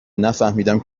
نفهمیدم